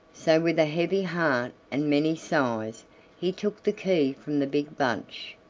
so with a heavy heart and many sighs he took the key from the big bunch.